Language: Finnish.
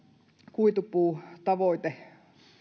kuitupuutavoite